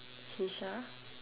kisha